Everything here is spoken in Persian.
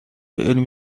علمی